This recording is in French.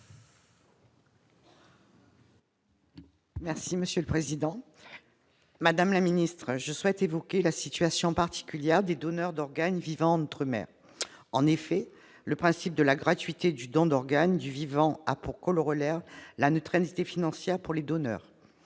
et de la santé. Madame la ministre, je souhaite évoquer la situation particulière des donneurs d'organes vivant en outre-mer. Le principe de la gratuité du don d'organes du vivant a pour corollaire la neutralité financière pour les donneurs.